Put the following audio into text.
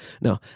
No